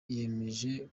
yemeje